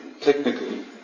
technically